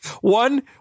One